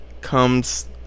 comes